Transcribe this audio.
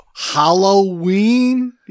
Halloween